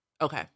Okay